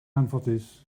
anffodus